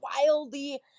wildly